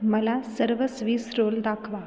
मला सर्व Swiss roll दाखवा